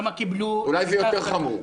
אולי זה יותר חמור.